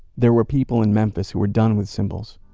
there were people in memphis who were done with symbols